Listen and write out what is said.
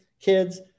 kids